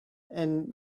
and